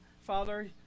Father